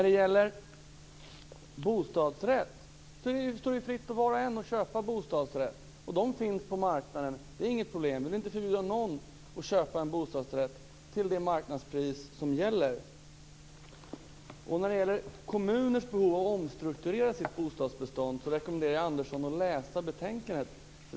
Det står fritt för var och en att köpa bostadsrätt. Det finns bostadsrätter på marknaden. Det är inget problem. Vi vill inte förbjuda någon att köpa en bostadsrätt till det marknadspris som gäller. När det gäller kommuners behov av att omstrukturera sitt bostadsbestånd rekommenderar jag Andersson att läsa betänkandet.